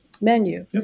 menu